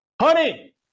honey